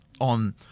on